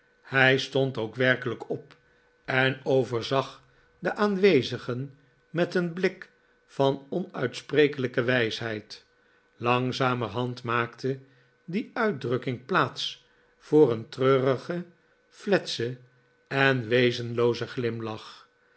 hij stond ook werkelijk op en overzag de aanwezigen met een blik van onuitsprekelijke wijsheid langzamerhand maakte die uitdrukking plaats voor een treurigen fletsen en wezenloozen glimlach